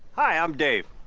hi, i'm dave.